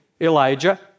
Elijah